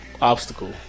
obstacle